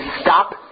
stop